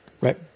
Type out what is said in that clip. Right